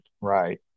right